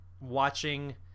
watching